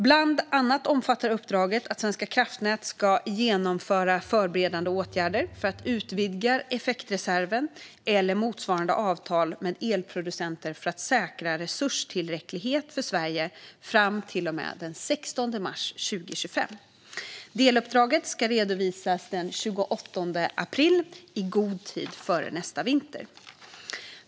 Bland annat omfattar uppdraget att Svenska kraftnät ska genomföra förberedande åtgärder för att utvidga effektreserven eller motsvarande avtal med elproducenter för att säkra resurstillräcklighet för Sverige fram till och med den 16 mars 2025. Deluppdraget ska redovisas redan den 28 april, i god tid före nästa vinter.